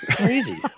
Crazy